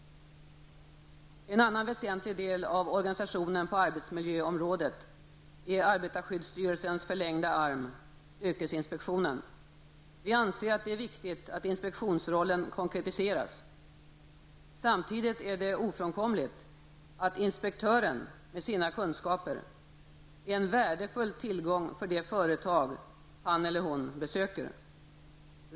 En annan väsentlig del av organisationen på arbetsmiljöområdet är arbetarskyddsstyrelsens förlängda arm, yrkesinspektionen. Vi anser att det är viktigt att inspektionsrollen konkretiseras. Samtidigt är det ofrånkomligt att inspektören med sina kunskaper är en värdefull tillgång för de företag som han eller hon besöker.